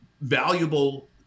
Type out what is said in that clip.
valuable